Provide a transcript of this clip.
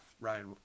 Ryan